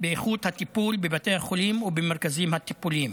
באיכות הטיפול בבתי החולים ובמרכזים הטיפוליים.